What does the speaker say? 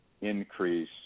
increase